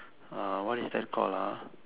ah what is that called ah